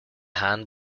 hand